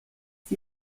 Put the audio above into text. sie